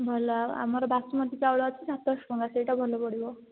ଭଲ ଆମର ବାସୁମତୀ ଚାଉଳ ଅଛି ସାତଶହ ଟଙ୍କା ସେଇଟା ଭଲ ପଡ଼ିବ